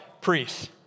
priests